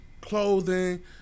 clothing